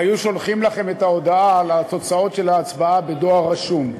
והיו שולחים לכם את ההודעה על התוצאות של ההצבעה בדואר רשום.